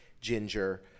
Ginger